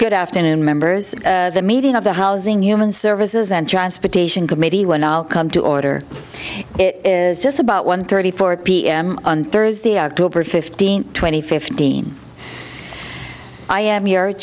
good afternoon members of the meeting of the housing human services and transportation committee when i'll come to order it is just about one thirty four p m on thursday october fifteenth twenty fifteen i am y